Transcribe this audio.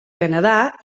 canadà